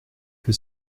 que